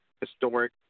Historic